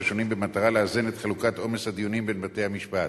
השונים במטרה לאזן את חלוקת עומס הדיונים בין בתי-המשפט.